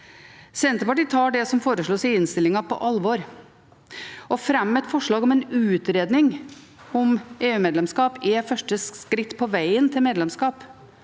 Senterpartiet tar det som foreslås i innstillingen, på alvor. Å fremme et forslag om en utredning om EU-medlemskap er første skritt på vegen til medlemskap,